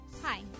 Hi